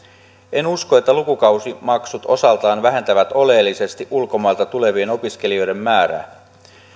en usko että lukukausimaksut osaltaan vähentävät oleellisesti ulkomailta tulevien opiskelijoiden määrää